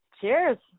Cheers